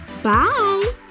Bye